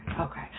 okay